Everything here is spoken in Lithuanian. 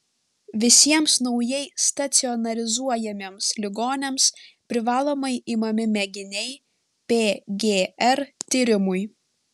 visiems naujai stacionarizuojamiems ligoniams privalomai imami mėginiai pgr tyrimui